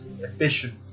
efficient